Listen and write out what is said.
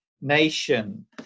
nation